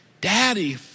Daddy